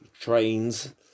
trains